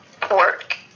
pork